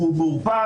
הוא מעורפל,